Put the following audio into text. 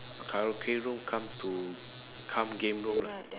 karaoke room cum to cum game room